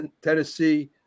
Tennessee